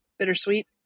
bittersweet